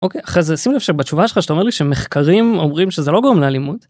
אוקיי אחרי זה שים לב שבתשובה שלך שאתה אומר לי שמחקרים אומרים שזה לא גורם לאלימות.